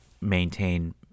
maintain